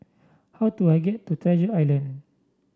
how do I get to Treasure Island